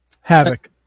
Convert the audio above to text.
Havoc